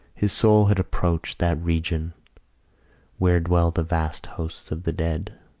his soul had approached that region where dwell the vast hosts of the dead.